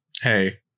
Hey